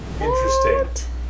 Interesting